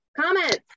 comments